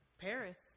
Paris